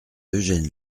eugène